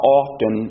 often